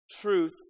truth